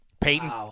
Peyton